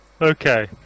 okay